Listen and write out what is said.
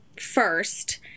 first